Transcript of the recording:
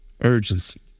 urgency